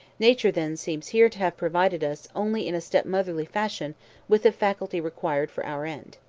nature then seems here to have provided us only in a step-motherly fashion with the faculty required for our end.